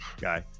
guy